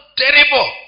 terrible